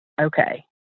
okay